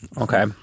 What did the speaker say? Okay